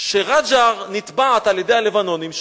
שרג'ר נתבעת על-ידי הלבנונים,